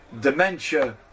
dementia